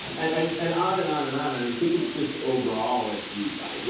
and and on, and on, and on. and i think it's just overall like, you well,